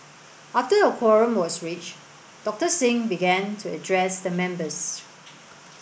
after a quorum was reached Doctor Singh began to address the members